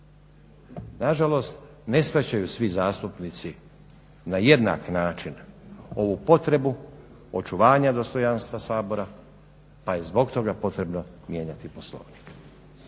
Nažalost, ne shvaćaju svi zastupnici na jednak način ovu potrebu očuvanja dostojanstva Sabora pa je zbog toga potrebno mijenjati Poslovnik.